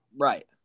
right